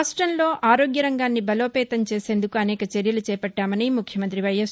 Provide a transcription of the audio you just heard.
రాష్టంలో ఆరోగ్య రంగాన్ని బలోపేతం చేసేందుకు అనేక చర్యలు చేపట్లామని ముఖ్యమంత్రి వైఎస్